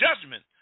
judgment